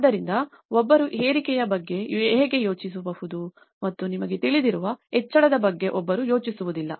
ಆದ್ದರಿಂದ ಒಬ್ಬರು ಏರಿಕೆಯ ಬಗ್ಗೆ ಹೇಗೆ ಯೋಚಿಸಬಹುದು ಮತ್ತು ನಿಮಗೆ ತಿಳಿದಿರುವ ಹೆಚ್ಚಳದ ಬಗ್ಗೆ ಒಬ್ಬರು ಯೋಚಿಸುವುದಿಲ್ಲ